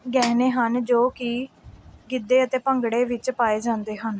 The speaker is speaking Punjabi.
ਗਹਿਣੇ ਹਨ ਜੋ ਕਿ ਗਿੱਧੇ ਅਤੇ ਭੰਗੜੇ ਵਿੱਚ ਪਾਏ ਜਾਂਦੇ ਹਨ